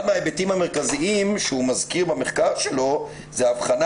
אחד ההיבטים המרכזיים שהוא מזכיר במחקר שלו הוא ההבחנה